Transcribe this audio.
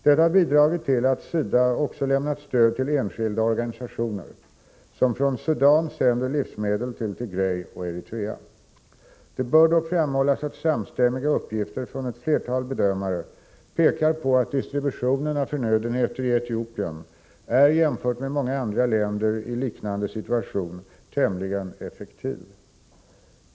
Detta har bidragit till att SIDA också lämnat stöd till enskilda organisationer som från Sudan sänder livsmedel till Tigré och Eritrea. Det bör dock framhållas att samstämmiga uppgifter från ett flertal bedömare pekar på att distributionen av förnödenheter i Etiopien är jämfört med många andra länder i liknande situation tämligen effektiv.